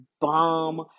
bomb